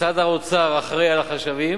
משרד האוצר אחראי לחשבים